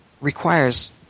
requires